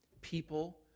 People